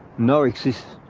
no exist,